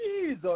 Jesus